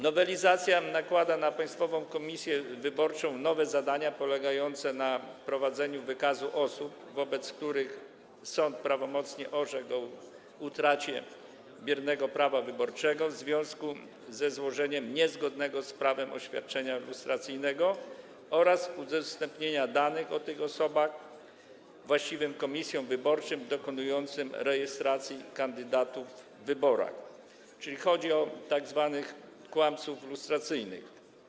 Nowelizacja nakłada na Państwową Komisję Wyborczą nowe zadania polegające na prowadzeniu wykazu osób, wobec których sąd prawomocnie orzekł o utracie biernego prawa wyborczego w związku ze złożeniem niezgodnego z prawdą oświadczenia lustracyjnego, oraz udostępnianiu danych o tych osobach właściwym komisjom wyborczym dokonującym rejestracji kandydatów w wyborach, czyli chodzi o tzw. kłamców lustracyjnych.